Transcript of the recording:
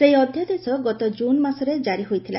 ସେହି ଅଧ୍ୟାଦେଶ ଗତ ଜୁନ୍ ମାସରେ ଜାରି ହୋଇଥିଲା